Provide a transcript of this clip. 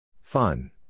fun